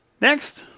Next